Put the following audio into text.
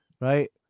Right